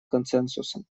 консенсусом